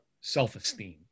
self-esteem